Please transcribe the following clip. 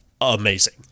amazing